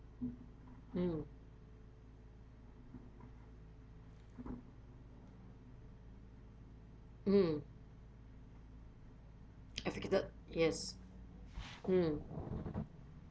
mm mm yes mm